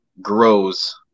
grows